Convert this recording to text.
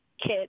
kit